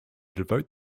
devote